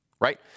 right